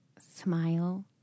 smile